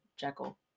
Jekyll